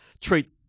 treat